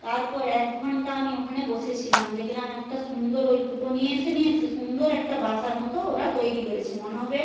তারপর এক ঘণ্টা আমি ওখানে বসেছিলাম দেখলাম একটা সুন্দর ওই কুটো নিয়ে এসে নিয়ে এসে সুন্দর একটা বাসার মতো ওরা তৈরি করেছে মনে হবে